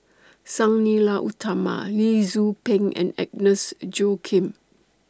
Sang Nila Utama Lee Tzu Pheng and Agnes Joaquim